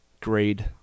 Grade